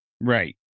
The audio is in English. Right